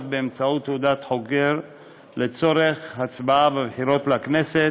באמצעות תעודת חוגר לצורך הצבעה בבחירות לכנסת,